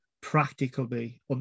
practically